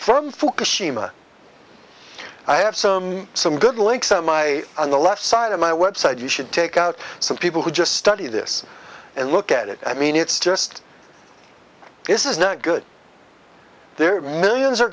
from fukushima i have some some good links on my on the left side of my website you should take out some people who just study this and look at it i mean it's just this is not good their millions are